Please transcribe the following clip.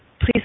Please